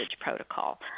protocol